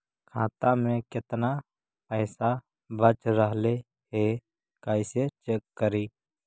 खाता में केतना पैसा बच रहले हे कैसे चेक करी?